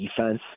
defense